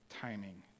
timing